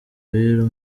abiru